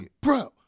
Bro